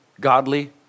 godly